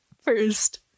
first